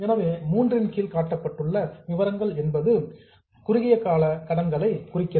எனவே 3 a இன் கீழ் காட்டப்பட்டுள்ள விவரங்கள் என்பது சார்ட் டெர்ம் பாரோயிங்ஸ் குறுகிய கால கடன்களை குறிக்கிறது